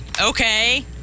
Okay